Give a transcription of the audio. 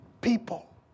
people